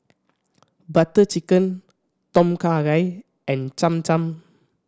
Butter Chicken Tom Kha Gai and Cham Cham